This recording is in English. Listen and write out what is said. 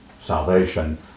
salvation